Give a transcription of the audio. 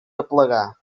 aplegar